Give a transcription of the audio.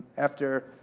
after